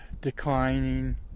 declining